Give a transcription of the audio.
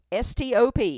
stop